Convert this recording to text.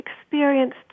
experienced